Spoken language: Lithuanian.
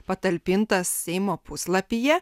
patalpintas seimo puslapyje